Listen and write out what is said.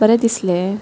बरें दिसलें